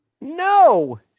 No